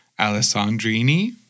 Alessandrini